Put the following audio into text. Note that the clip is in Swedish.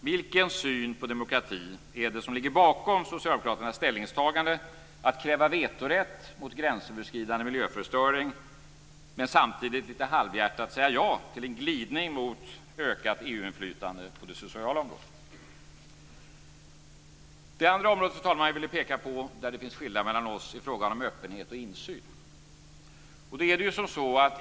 Vilken syn på demokrati är det som ligger bakom Socialdemokraternas ställningstagande att kräva vetorätt mot gränsöverskridande miljöförstöring men samtidigt lite halvhjärtat säga ja till en glidning mot ökat EU-inflytande på det sociala området? Det andra området jag vill peka på, fru talman, där det finns skillnader mellan oss är frågan om öppenhet och insyn.